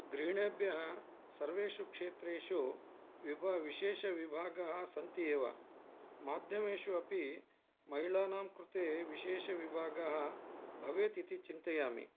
गृहीणीभ्यः सर्वेषु क्षेत्रेषु विभ विशेषविभागाः सन्ति एव माध्यमेषु अपि महिलानां कृते विशेषविभागः भवेत् इति चिन्तयामि